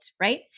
right